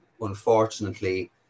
unfortunately